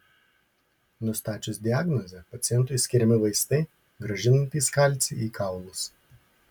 nustačius diagnozę pacientui skiriami vaistai grąžinantys kalcį į kaulus